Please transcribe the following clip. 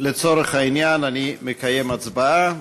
לצורך העניין אני מקיים הצבעה.